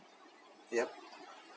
yup